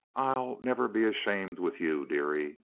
i'll never be ashamed with you, dearie.